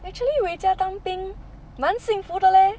actually wei jia 当兵蛮幸福的 leh